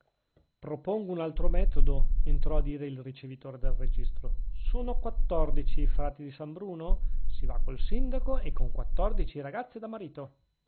propongo un altro metodo entrò a dire il ricevitore del registro sono quattordici i frati di san bruno si va col sindaco e con quattordici ragazze da marito